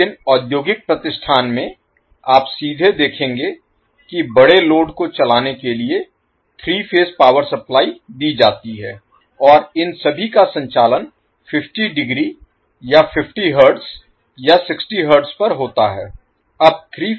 लेकिन औद्योगिक प्रतिष्ठान में आप सीधे देखेंगे कि बड़े लोड को चलाने के लिए 3 फेज पावर सप्लाई दी जाती है और इन सभी का संचालन 50 डिग्री या 50 हर्ट्ज़ या 60 हर्ट्ज़ पर होता है